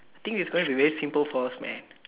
I think it's going to be very simple for us man